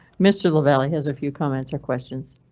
mr. lavalley has a few comments or questions.